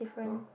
no